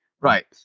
right